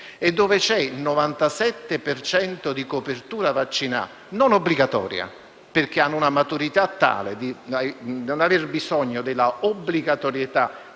il 97 per cento di copertura vaccinale, non obbligatoria (perché hanno una maturità tale da non aver bisogno della obbligatorietà